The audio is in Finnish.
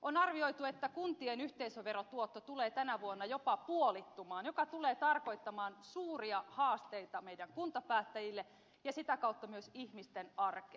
on arvioitu että kuntien yhteisöveron tuotto tulee tänä vuonna jopa puolittumaan mikä tulee tarkoittamaan suuria haasteita meidän kuntapäättäjillemme ja sitä kautta myös ihmisten arkeen